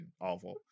awful